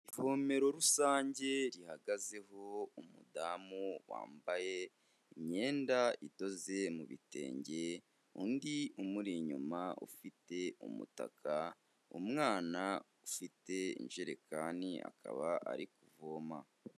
Ivomero rusange rihagazeho umudamu, wambaye imyenda idoze mu bitenge, undi umuri inyuma ufite umutaka, umwana ufite injerekani akaba ari kuvoma.